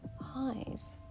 highs